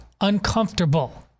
uncomfortable